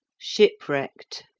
shipwrecked.